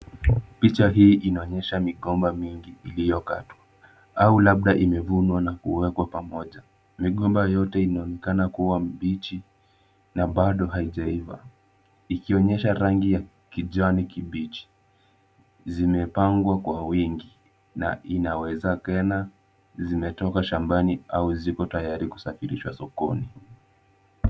Picha hii inaonyesha migomba mingi iliyokatwa au labda imevunwa na kuwekwa pamoja. Migomba yote inaonekana kuwa mbichi na bado haijaiva ikionyesha rangi ya kijani kibichi, zimepangwa kwa wingi na inawezekana zimetoka shambani au ziko tayari kusafirishwa sokoni.